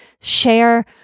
share